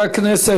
מתנגדים לחוק שלך?